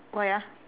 why ah